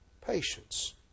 patience